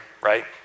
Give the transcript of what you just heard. right